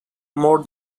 more